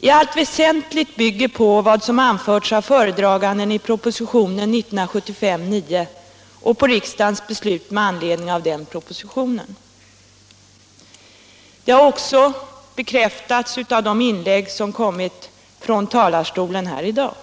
i allt väsentligt bygger på vad som anförts av föredraganden i propositionen 1975:9 och på riksdagens beslut med anledning av denna proposition.” Det har också bekräftats av de inlägg som gjorts från talarstolen här i dag.